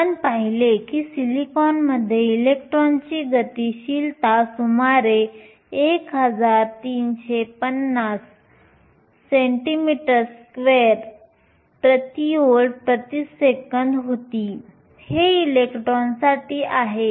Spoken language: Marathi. आपण पाहिले की सिलिकॉनमध्ये इलेक्ट्रॉनची गतिशीलता सुमारे 1350 cm2 V 1 s 1 होती हे सिलिकॉनसाठी आहे